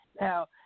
Now